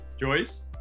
Joyce